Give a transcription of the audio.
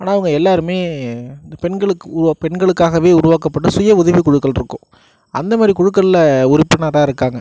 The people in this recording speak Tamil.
ஆனால் இவங்க எல்லாருமே இந்த பெண்களுக்கு உ பெண்களுக்காகவே உருவாக்கப்பட்ட சுய உதவிக்குழுக்கள் இருக்கும் அந்த மாதிரி குழுக்கள்ல உறுப்பினராக இருக்காங்க